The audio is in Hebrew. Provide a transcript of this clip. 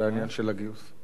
בעניין של הגיוס.